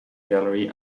gallery